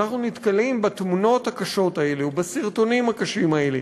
אנחנו נתקלים בתמונות הקשות האלה ובסרטונים הקשים האלה.